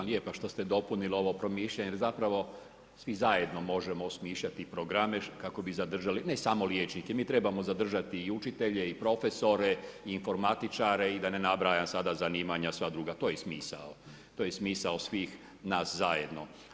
Hvala vam lijepo što ste dopunili ovo promišljanje jer zapravo svi zajedno možemo osmišljati programe kako bi zadržali, ne samo liječnike, mi trebamo zadržati i učitelje i profesore i informatičare i da ne nabrajam sada zanimanja sva druga, to je i smisao, to je i smisao svih nas zajedno.